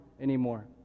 anymore